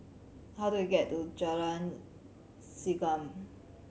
how do I get to Jalan Segam